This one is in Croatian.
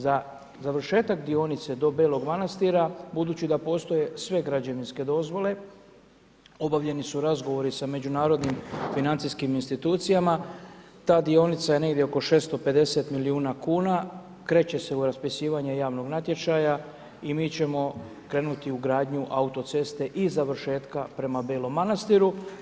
Za završetak dionica do Belog Manastira, budući da postoje sve građevinske dozvole, obavljeni su razgovori, sa međunarodnim financijskim institucijama, ta dionica je negdje oko 650 milijuna kuna, kreće se u raspisivanje javnog natječaja i mi ćemo krenuti u gradnju autoceste i završetka prema Belom Manastiru.